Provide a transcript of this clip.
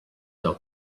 sell